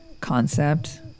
concept